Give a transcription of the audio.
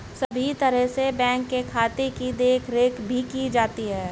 सभी तरह से बैंक के खाते की देखरेख भी की जाती है